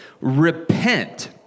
repent